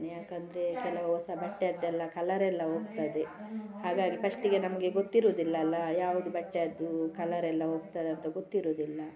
ಯಾಕೆಂದ್ರೆ ಕೆಲವು ಹೊಸ ಬಟ್ಟೆಯದ್ದೆಲ್ಲ ಕಲ್ಲರ್ ಎಲ್ಲ ಹೋಗ್ತದೆ ಹಾಗಾಗಿ ಫಸ್ಟಿಗೆ ನಮಗೆ ಗೊತ್ತಿರೋದಿಲ್ಲ ಅಲ್ಲಾ ಯಾವುದು ಬಟ್ಟೆ ಅದು ಕಲರ್ ಎಲ್ಲ ಹೋಗ್ತದ್ ಅಂತ ಗೊತ್ತಿರೋದಿಲ್ಲ